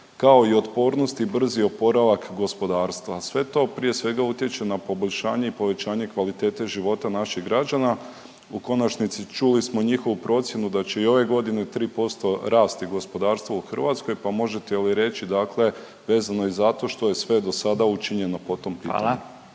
kao i otpornost i brzi oporavak gospodarstva. Sve to prije svega utječe na poboljšanje i povećanje kvalitete života naših građana. U konačnici čuli smo njihovu procjenu da će i ove godine 3% rasti gospodarstvo u Hrvatskoj pa možete li reći dakle vezano i zato što je sve do sada učinjeno po tom pitanju?